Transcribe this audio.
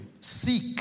seek